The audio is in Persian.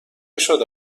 شده